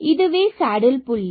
இதுவே சேடில் புள்ளி